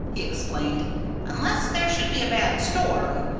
he explained unless there should be a bad storm,